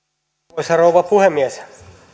arvoisa rouva puhemies